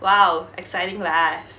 !wow! exciting life